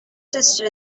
sister